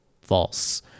false